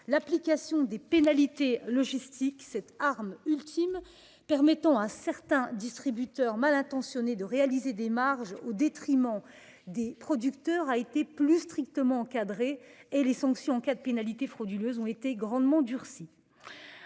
l'application des pénalités logistiques, cette arme ultime permettant à certains distributeurs mal intentionnés de réaliser des marges au détriment des producteurs, a été plus strictement encadrée et les sanctions en cas de pénalités frauduleuses ont été fortement durcies.